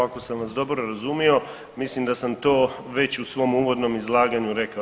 Ako sam vas dobro razumio mislim da sam to već u svom uvodnom izlaganju rekao.